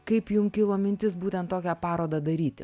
kaip jum kilo mintis būtent tokią parodą daryti